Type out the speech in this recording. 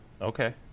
Okay